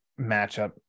matchup